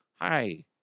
Hi